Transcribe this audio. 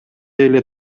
эле